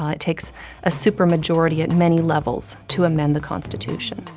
um it takes a super majority at many levels to amend the constitution.